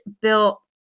built